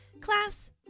Class